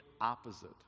opposite